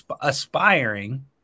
aspiring